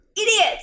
Idiots